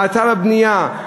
ההאטה בבנייה.